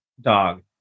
dog